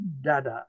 Dada